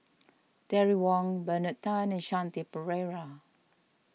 Terry Wong Bernard Tan and Shanti Pereira